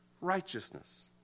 righteousness